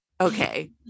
okay